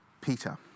Peter